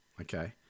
Okay